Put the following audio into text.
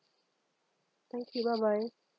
thank you bye bye